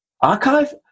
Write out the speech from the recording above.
Archive